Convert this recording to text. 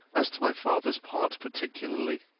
as to my father's part particularly.